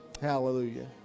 Hallelujah